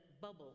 bubble